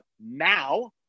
now